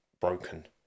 broken